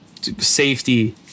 safety